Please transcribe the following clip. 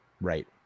Right